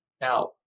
Now